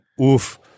oof